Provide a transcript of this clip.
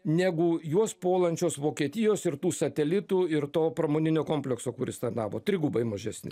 negu juos puolančios vokietijos ir tų satelitų ir to pramoninio komplekso kuris tarnavo trigubai mažesni